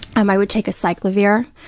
um i would take acyclovir.